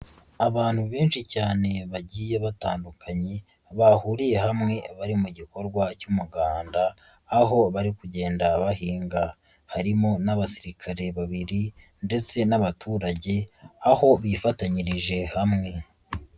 Abantu benshi cyane bagiye batandukanye, bahuriye hamwe bari mu gikorwa cy'umuganda, aho bari kugenda bahinga, harimo n'abasirikare babiri ndetse n'abaturage, aho bifatanyirije hamwe.